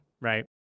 right